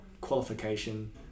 qualification